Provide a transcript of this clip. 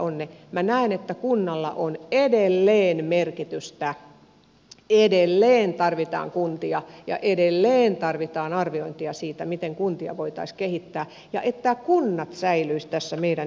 minä näen että kunnalla on edelleen merkitystä edelleen tarvitaan kuntia ja edelleen tarvitaan arviointia siitä miten kuntia voitaisiin kehittää että kunnat säilyisivät tässä meidän yhteiskunnassa